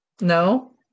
No